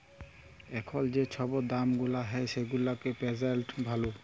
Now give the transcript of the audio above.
এখল যে ছব দাম গুলা হ্যয় সেগুলা পের্জেল্ট ভ্যালু